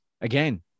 again